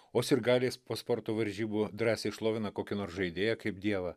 o sirgaliais po sporto varžybų drąsiai šlovina kokį nors žaidėją kaip dievą